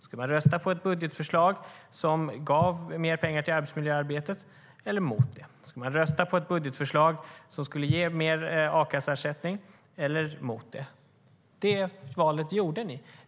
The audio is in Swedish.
Ska man rösta på ett budgetförslag som ger mer pengar till arbetsmiljöarbetet eller emot det? Ska man rösta på ett budgetförslag som ger mer a-kasseersättning eller emot det? Det valet gjorde ni.